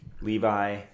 Levi